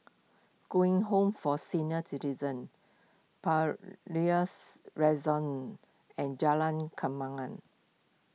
Eng Home for Senior Citizens Palais and Jalan Kembangan